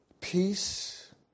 peace